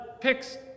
picks